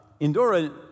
Indora